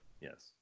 Yes